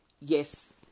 yes